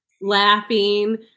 laughing